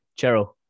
Cheryl